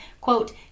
quote